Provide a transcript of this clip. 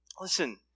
Listen